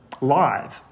live